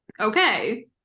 okay